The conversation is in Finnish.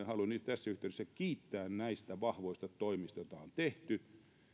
haluan nyt tässä yhteydessä kiittää näistä vahvoista toimista joita on tehty